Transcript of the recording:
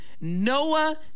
Noah